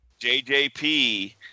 JJP